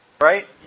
Right